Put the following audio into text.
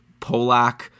Polak